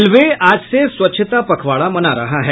railway आज से स्वच्छता पखवाड़ा मना रहा है